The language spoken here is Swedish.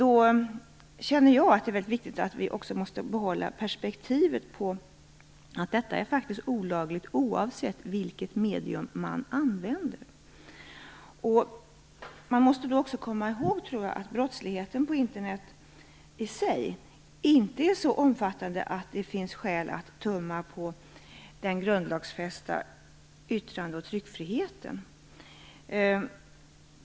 Men vi måste behålla perspektivet och minnas att detta faktiskt är olagligt oavsett vilket medium man använder. Man måste också komma ihåg att brottsligheten på Internet i sig inte är så omfattande att det finns skäl att tumma på den grundlagsfästa yttrande och tryckfriheten.